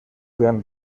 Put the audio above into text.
gran